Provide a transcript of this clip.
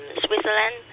Switzerland